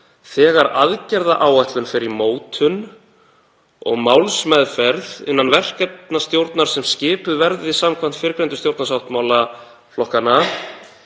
þegar aðgerðaáætlun fer í mótun og málsmeðferð, innan verkefnastjórnar sem skipuð verði samkvæmt fyrrgreindum stjórnarsáttmála um